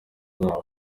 zabo